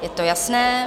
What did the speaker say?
Je to jasné.